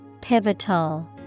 Pivotal